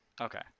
Okay